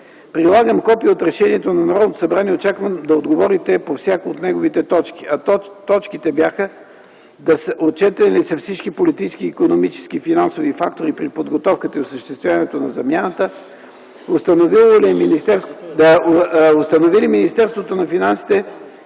Прилагам копие от решението на Народното събрание. Очаквам да отговорите по всяка от неговите точки. Точките бяха: Отчетени ли са всички политически, икономически и финансови фактори при подготовката и осъществяването на замяната? Дали Министерството на финансите